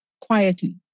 Quietly